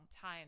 time